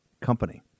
company